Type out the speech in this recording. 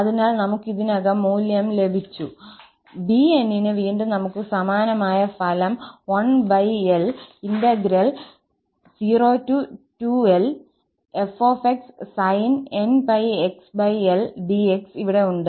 അതിനാൽ നമുക് ഇതിനകം മൂല്യം ലഭിച്ചു 𝑏𝑛 ന് വീണ്ടും നമുക് സമാനമായ ഫലം 1l02l𝑓𝑥sin𝑛𝜋𝑥l𝑑𝑥 ഇവിടെ ഉണ്ട്